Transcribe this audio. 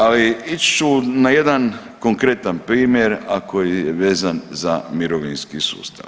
Ali ići ću na jedan konkretan primjer, a koji je vezan za mirovinski sustav.